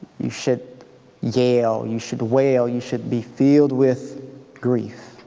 you should yell, you should wail, you should be filled with grief.